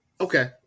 Okay